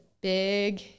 big